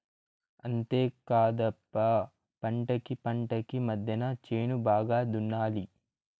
అంతేకాదప్ప పంటకీ పంటకీ మద్దెన చేను బాగా దున్నాలి